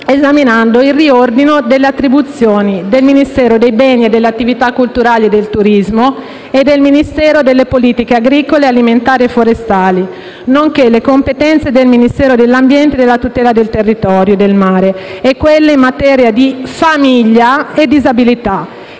esaminando il riordino delle attribuzioni del Ministero dei beni e delle attività culturali e del turismo e del Ministero delle politiche agricole, alimentari e forestali, nonché le competenze del Ministero dell'ambiente e della tutela del territorio e del mare e quelle in materia di famiglia e disabilità,